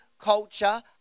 culture